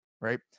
Right